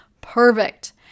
perfect